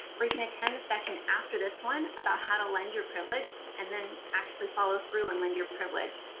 or i mean attend the session after this one about how to lend your privilege, and then actually follow through and lend your privilege.